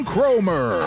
Cromer